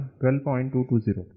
12.220